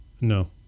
No